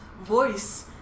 voice